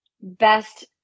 best